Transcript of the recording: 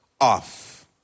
off